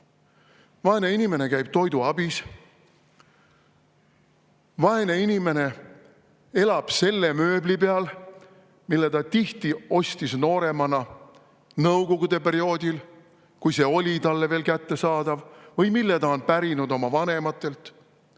Vaene inimene [saab] toiduabi. Vaene inimene elab selle mööbli peal, mille ta ostis nooremana Nõukogude perioodil, kui see oli talle veel kättesaadav, või mille ta on pärinud oma vanematelt.